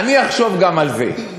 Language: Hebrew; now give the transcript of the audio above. אני אחשוב גם על זה,